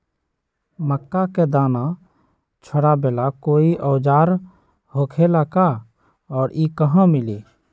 मक्का के दाना छोराबेला कोई औजार होखेला का और इ कहा मिली?